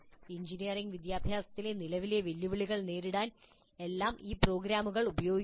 engineering വിദ്യാഭ്യാസത്തിലെ നിലവിലെ വെല്ലുവിളികളെ നേരിടാൻ എല്ലാം ഈ പ്രോഗ്രാമുകൾ ഉപയോഗിക്കുന്നു